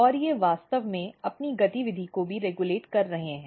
और ये वास्तव में अपनी गतिविधि को भी रेगुलेट कर रहे हैं